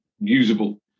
usable